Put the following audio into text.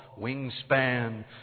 Wingspan